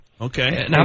Okay